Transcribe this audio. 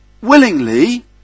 willingly